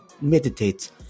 meditate